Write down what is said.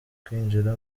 kwinjira